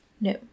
No